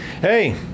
hey